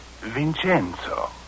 Vincenzo